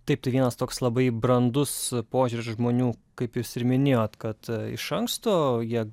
taip tai vienas toks labai brandus požiūris žmonių kaip jūs ir minėjot kad iš anksto jie